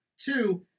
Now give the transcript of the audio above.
Two